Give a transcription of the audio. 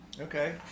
Okay